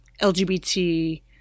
LGBT